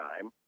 time